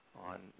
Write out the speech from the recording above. on